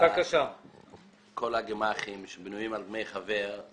כל הגמ"חים שבנויים על דמי חבר,